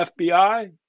FBI